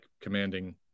commanding